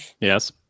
Yes